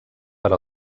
per